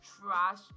trash